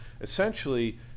essentially